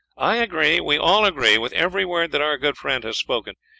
i agree, we all agree, with every word that our good friend has spoken,